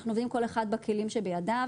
אנחנו עובדים כל אחד בכלים שבידיו.